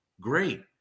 great